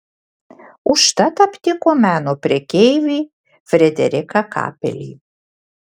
užtat aptiko meno prekeivį frederiką kapelį